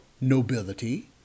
nobility